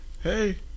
hey